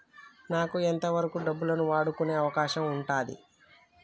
నాకు ఎంత వరకు డబ్బులను వాడుకునే అవకాశం ఉంటది?